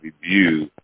review